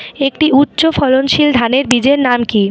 একটি উচ্চ ফলনশীল ধানের বীজের নাম কী?